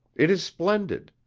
it is splendid.